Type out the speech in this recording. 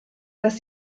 dass